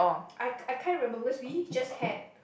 I I can't remember because we just had